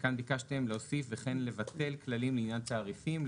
וכן לבטל כללים לעניין תעריפים,